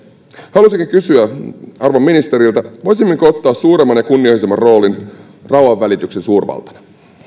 haluaisinkin kysyä arvon ministeriltä voisimmeko ottaa suuremman ja kunnianhimoisemman roolin rauhanvälityksen suurvaltana